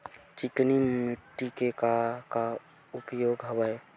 चिकनी माटी के का का उपयोग हवय?